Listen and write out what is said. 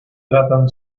tratan